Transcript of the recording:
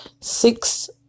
six